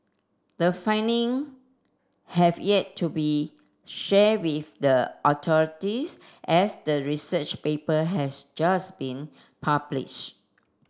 the finding have yet to be shared with the authorities as the research paper has just been published